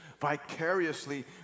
vicariously